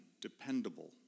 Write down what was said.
dependable